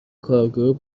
کارگروه